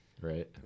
Right